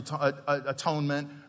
atonement